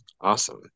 awesome